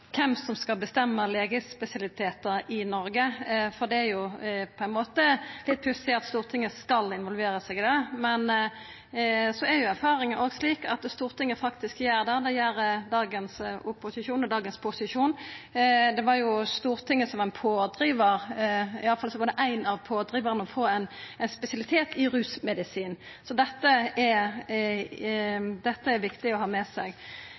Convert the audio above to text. kven som skal bestemma legespesialitetar i Noreg, for det er jo litt pussig at Stortinget skal involvera seg i det. Men så er jo erfaringane òg slik at Stortinget faktisk gjer det – det gjer dagens opposisjon og dagens posisjon. Det var jo Stortinget som var pådrivar, iallfall var det ein av pådrivarane, for å få ein spesialitet i rusmedisin, så dette er det viktig å ha med seg.